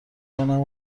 کنم